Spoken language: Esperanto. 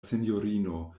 sinjorino